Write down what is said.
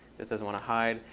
that doesn't want to hide.